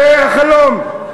זה החלום.